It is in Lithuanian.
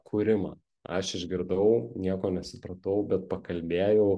kūrimą aš išgirdau nieko nesupratau bet pakalbėjau